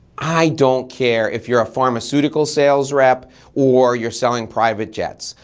i don't care if you're a pharmaceutical sales rep or you're selling private jets.